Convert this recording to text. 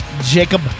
Jacob